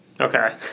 Okay